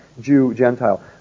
Jew-Gentile